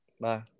Bye